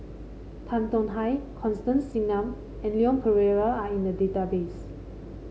Tan Tong Hye Constance Singam and Leon Perera are in the database